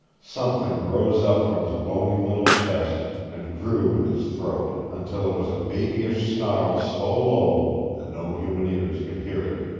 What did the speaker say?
something rose up from his bony little chest, and grew in his throat, until it was a babyish snarl so low that no human ears could hear it.